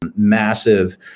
Massive